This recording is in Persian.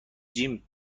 جیم